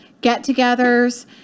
get-togethers